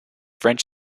french